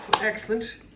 Excellent